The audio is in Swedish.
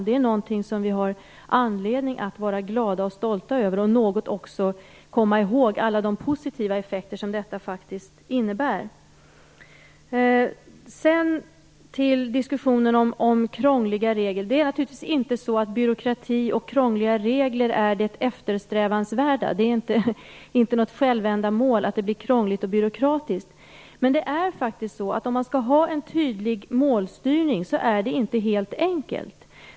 Det är något som vi har anledning att vara glada och stolta över, och vi skall också komma ihåg alla de positiva effekter som detta faktiskt innebär. Sedan till diskussionen om krångliga regler. Byråkrati och krångliga regler är naturligtvis inte det eftersträvansvärda. Det är inte något självändamål att det blir krångligt och byråkratiskt. Men om man skall ha en tydlig målstyrning är det inte helt enkelt.